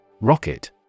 Rocket